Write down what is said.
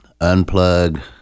unplug